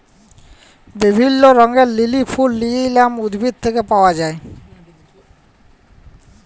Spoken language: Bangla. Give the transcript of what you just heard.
বিভিল্য রঙের লিলি ফুল লিলিয়াম উদ্ভিদ থেক্যে পাওয়া যায়